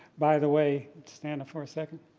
by the way, stand up for a second.